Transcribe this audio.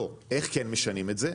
לא, איך כן משנים את זה?